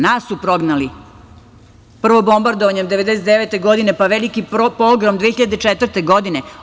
Nas su prognali, prvo bombardovanjem 1999. godine, pa, veliki pogrom 2004. godine.